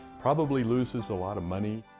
probably loses a lot of money.